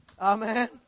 Amen